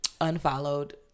unfollowed